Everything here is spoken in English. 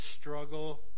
struggle